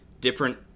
different